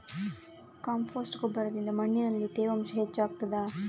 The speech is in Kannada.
ಕಾಂಪೋಸ್ಟ್ ಗೊಬ್ಬರದಿಂದ ಮಣ್ಣಿನಲ್ಲಿ ತೇವಾಂಶ ಹೆಚ್ಚು ಆಗುತ್ತದಾ?